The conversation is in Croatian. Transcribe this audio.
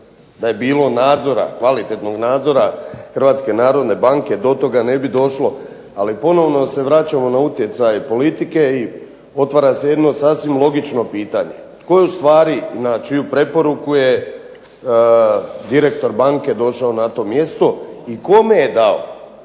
da je bilo nadzora, kvalitetnog nadzora Hrvatske narodne banke do toga ne bi došlo. Ali ponovno se vraćamo na utjecaj politike i otvara se jedno sasvim logično pitanje. Tko je ustvari i na čiju preporuku je direktor banke došao na to mjesto i kome je dao